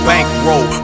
Bankroll